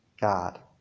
God